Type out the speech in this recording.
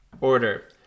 order